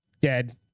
dead